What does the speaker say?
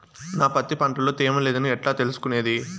నా పత్తి పంట లో తేమ లేదని ఎట్లా తెలుసుకునేది?